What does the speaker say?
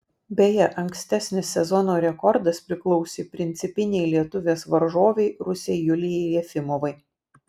beje ankstesnis sezono rekordas priklausė principinei lietuvės varžovei rusei julijai jefimovai